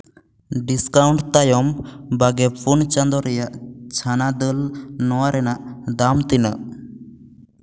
discount ᱛᱟᱭᱚᱢ ᱵᱟᱜᱮ ᱯᱩᱱ ᱪᱟᱸᱫᱳ ᱨᱮᱭᱟᱜ ᱪᱷᱟᱱᱟ ᱫᱟᱹᱞ ᱱᱚᱣᱟ ᱨᱮᱭᱟᱜ ᱫᱟᱢ ᱛᱤᱱᱟᱹᱜ